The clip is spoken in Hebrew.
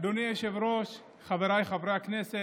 אדוני היושב-ראש, חבריי חברי הכנסת,